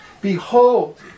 Behold